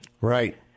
Right